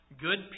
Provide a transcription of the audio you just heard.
Good